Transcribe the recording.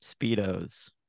speedos